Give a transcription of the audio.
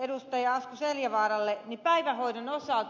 asko seljavaaralle päivähoidon osalta